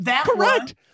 correct